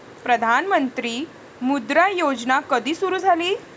प्रधानमंत्री मुद्रा योजना कधी सुरू झाली?